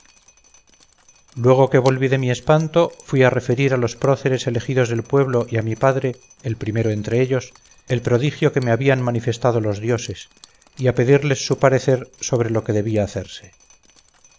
luego que volví de mi espanto fui a referir a los próceres elegidos del pueblo y a mi padre el primero entre ellos el prodigio que me habían manifestado los dioses y a pedirles su parecer sobre lo que debía hacerse